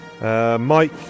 Mike